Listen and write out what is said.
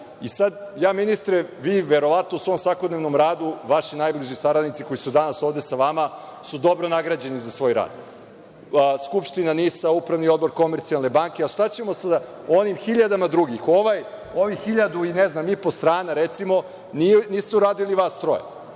loše. Sada, ja ministre, vi verovatno u svom svakodnevnom radu, vaši najbliži saradnici koji su danas ovde sa vama, su dobro nagrađeni za svoj rad, Skupština NIS-a, Upravni odbor Komercijalne banke, a šta ćemo sa hiljadama drugi. Ovih hiljadu i po strana, recimo, niste uradili vas troje.